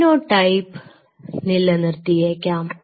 phenotype നിലനിർത്തിയേക്കാം